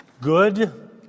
good